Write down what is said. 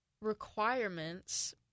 requirements